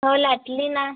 हो लाटली ना